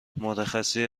مرخصی